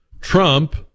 Trump